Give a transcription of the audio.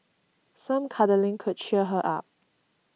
some cuddling could cheer her up